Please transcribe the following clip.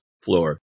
floor